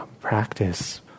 practice